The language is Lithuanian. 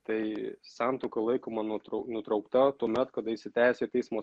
tai santuoka laikoma nutrau nutraukta tuomet kada įsiteisėja teismo